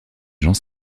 gens